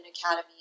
Academy